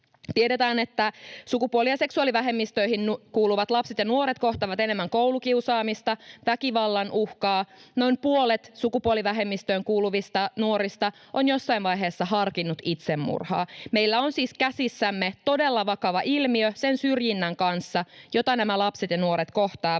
Tiedetään, että sukupuoli- ja seksuaalivähemmistöihin kuuluvat lapset ja nuoret kohtaavat enemmän koulukiusaamista ja väkivallan uhkaa. Noin puolet sukupuolivähemmistöön kuuluvista nuorista on jossain vaiheessa harkinnut itsemurhaa. Meillä on siis käsissämme todella vakava ilmiö sen syrjinnän kanssa, jota nämä lapset ja nuoret kohtaavat.